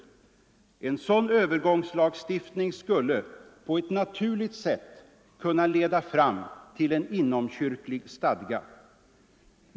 En sådan övergångslagstiftning skulle på ett naturligt sätt kunna leda fram till en inomkyrklig stadga.